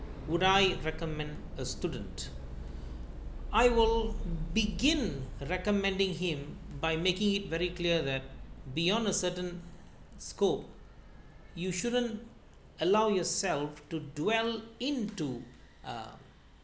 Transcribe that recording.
would I recommend a student I will begin recommending him by making it very clear that beyond a certain scope you shouldn't allow yourself to dwell into uh